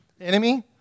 Enemy